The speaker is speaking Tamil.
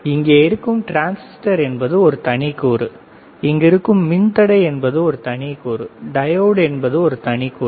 இங்கே இருக்கும் டிரான்ஸிஸ்டர் என்பது ஒரு தனி கூறு இங்கு இருக்கும் மின் தடை என்பது ஒரு தனி கூறு டையோடு என்பது ஒரு தனி கூறு